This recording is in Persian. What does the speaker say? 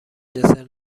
دسر